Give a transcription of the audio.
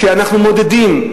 כשאנחנו מעודדים,